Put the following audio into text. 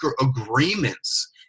agreements